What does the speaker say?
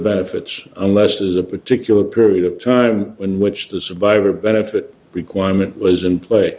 benefits unless there's a particular period of time in which the survivor benefit requirement was in play